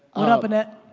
what up annette?